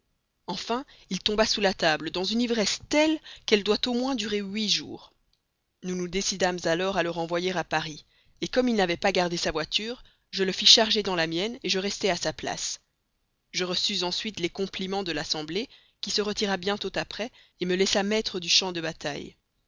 enfin il tomba sous la table dans une ivresse telle qu'elle doit au moins durer huit jours nous nous décidâmes alors à le renvoyer à paris comme il n'avait pas gardé sa voiture je le fis charger dans la mienne je restai à sa place je reçus ensuite les compliments de l'assemblée qui se retira bientôt après me laissa maître du champ de bataille